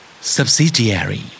Subsidiary